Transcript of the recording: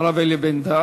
הרב אלי בן-דהן.